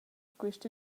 quist